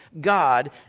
God